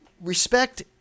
respect